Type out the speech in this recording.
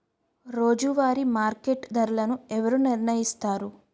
రోజువారి మార్కెట్ ధరలను ఎవరు నిర్ణయిస్తారు?